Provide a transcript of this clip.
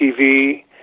TV